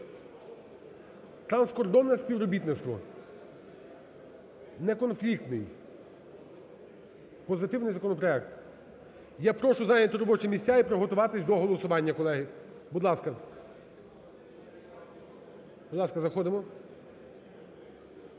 Транскордонне співробітництво. Неконфліктний, позитивний законопроект. Я прошу зайняти робочі місця і приготуватися до голосування, колеги. Будь ласка. Будь ласка, заходимо.